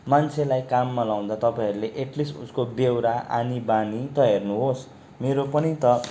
मान्छेलाई काममा लगाउँदा तपाईँहरूले एट लिस्ट उसको बेउरा आनीबानी त हेर्नुहोस् मेरो पनि त